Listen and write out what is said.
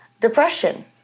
depression